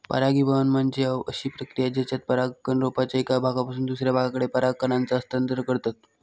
परागीभवन म्हणजे अशी प्रक्रिया जेच्यात परागकण रोपाच्या एका भागापासून दुसऱ्या भागाकडे पराग कणांचा हस्तांतरण करतत